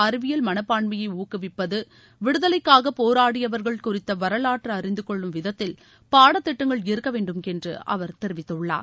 அறிவியல் மனப்பான்மையை ப்ட ஊக்குவிப்பது விடுதலைக்காக போராடியவர்கள் குறித்த வரவாற்ற அழிந்து கொள்ளும் விதத்தில் பாடத்திட்டங்கள் இருக்க வேண்டும் என்று அவர் தெரிவித்துள்ளார்